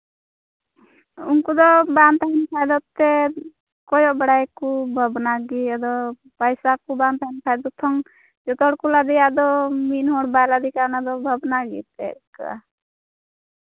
ᱩᱝᱠᱩ ᱫᱚ ᱵᱟᱝ ᱛᱟᱦᱮᱱ ᱠᱷᱟᱱ ᱮᱱᱛᱮᱫ ᱠᱚᱭᱚᱜ ᱵᱟᱲᱟᱭᱟᱠᱚ ᱵᱷᱟᱵᱽᱱᱟ ᱜᱮ ᱟᱫᱚ ᱯᱟᱭᱥᱟ ᱠᱚ ᱵᱟᱝ ᱛᱟᱦᱮᱱ ᱠᱷᱟᱱ ᱜᱮ ᱛᱷᱚᱝ ᱡᱚᱛᱚ ᱦᱚᱲ ᱠᱚ ᱞᱟᱫᱮᱭᱟ ᱟᱫᱚ ᱢᱤᱫ ᱦᱚᱲ ᱵᱟᱭ ᱞᱟᱫᱮ ᱠᱷᱟᱱ ᱚᱱᱟ ᱫᱚ ᱵᱷᱟᱵᱽᱱᱟ ᱜᱮ ᱮᱱᱛᱮᱫ ᱟᱹᱭᱠᱟᱹᱜᱼᱟ